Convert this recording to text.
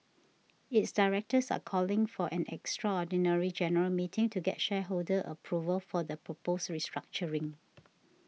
its directors are calling for an extraordinary general meeting to get shareholder approval for the proposed restructuring